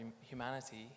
humanity